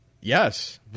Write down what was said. Yes